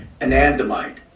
anandamide